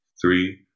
three